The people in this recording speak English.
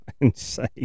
insane